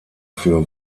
für